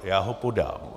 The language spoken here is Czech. Já ho podám.